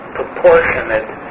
proportionate